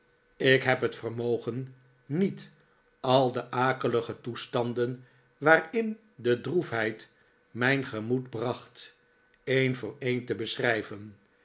ik heb het vermogen niet al de akelige toestanden waarin de droefheid mijn gemoed bracht een voor een te beschrijven